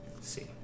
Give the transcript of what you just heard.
see